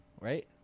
Right